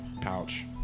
pouch